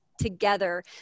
Together